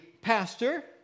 pastor